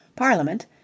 Parliament